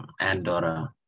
Andorra